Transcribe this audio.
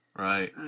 Right